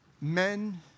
Men